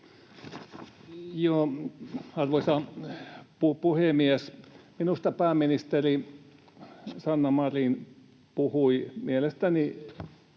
Arvoisa puhemies! Pääministeri Sanna Marin puhui mielestäni